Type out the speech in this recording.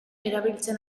erabiltzen